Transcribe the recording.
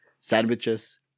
sandwiches